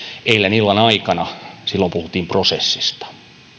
eilen illan aikana silloin puhuttiin prosessista